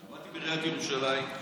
כשעבדתי בעיריית ירושלים,